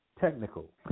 technical